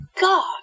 god